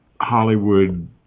Hollywood